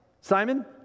Simon